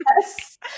Yes